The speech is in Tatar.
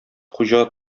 хуҗа